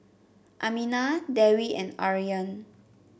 Aminah Dewi and Aryan